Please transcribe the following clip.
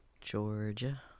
Georgia